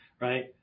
Right